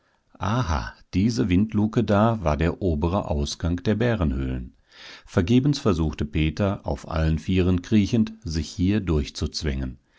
aha diese windluke da war der obere ausgang der bärenhöhlen vergebens versuchte peter auf allen vieren kriechend sich hier